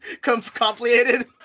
Complicated